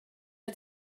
had